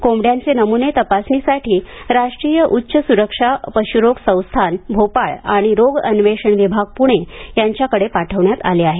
कोंबड्यांचे नमुने तपासणीसाठी राष्ट्रीय उच्च सुरक्षा पशुरोग संस्थान भोपाळ आणि रोग अन्वेषण विभाग पुणे यांच्याकडे पाठवण्यात आले आहेत